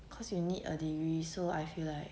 cause you need a degree so I feel like